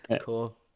Cool